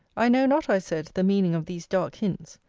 i knew not, i said, the meaning of these dark hints.